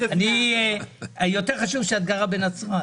יותר חשוב שאת גרה בנצרת.